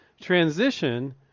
transition